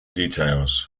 details